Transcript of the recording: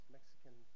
Mexican